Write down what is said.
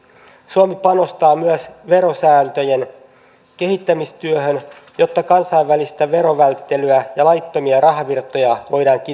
suomi panostaa myös verosääntöjen kehittämistyöhön jotta kansainvälistä verovälttelyä ja laittomia rahavirtoja voidaan kitkeä pois